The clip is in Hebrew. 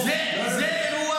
זה אירוע